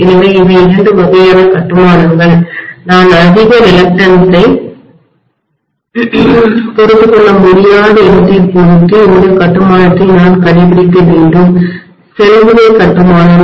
எனவே இவை இரண்டு வகையான கட்டுமானங்கள் நான் அதிக தயக்கத்தைரிலக்டன்ஸ் ஐ பொறுத்துக்கொள்ள முடியாத இடத்தைப் பொறுத்து இந்த கட்டுமானத்தை நான் கடைப்பிடிக்க வேண்டும் ஷெல் வகை கட்டுமானம்